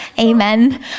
Amen